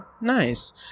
Nice